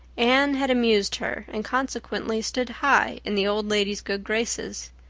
anne had amused her, and consequently stood high in the old lady's good graces.